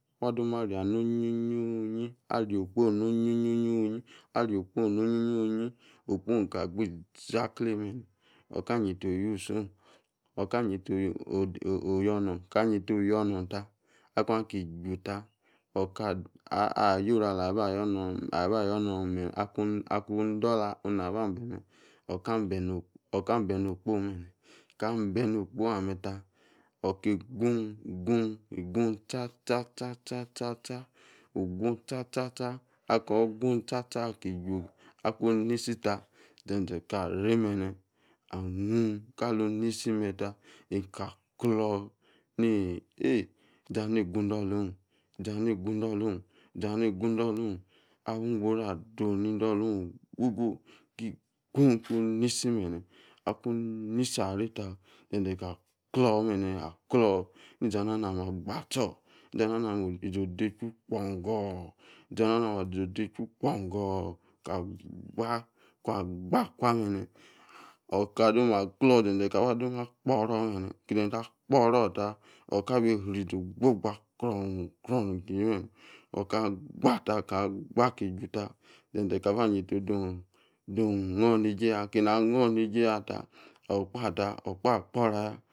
Wa dom ana nionyi onyi aria okpon ni onyi onyi. Okpo ong agba iziakle be̱ne̱. Oka yinta ouse ong. Ayeta oyonong, ka yeta oyonla kua ki chu ta kun k juta ota yoru ala ba yo̱nong. Akun idola na ba be̱me̱ oka bene ni okpo ong be̱ne̱. Ka be̱n ni okpo ameta oki gugun gugun chachachaa, wugun chacha chacha aki che akun nisi ta zeze kare bene unyon kalun nisi meta, enka klo̱ ee iziana igu indolo̱n chiama igu indo̱lon chian igu indola ong. Ki igu kuni isi bene. Aku insi arie ta, ni ta klo be̱ne̱. Ni izi ana ali name agbato̱. Ni izi ana ali neme izi ode echui gbogo̱n, izi anali name izi, ode echu gbongo, ka gba ka agba akwa bene zenzi ta dome agboro̱ te, okabi isri izi ogbo gba kron kron be̱ne̱. Ka agba ta, ka agba akiju ta, izenze̱ ta yeta onye neje ya. Onyo neje yata o̱gba gboraya.